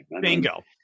Bingo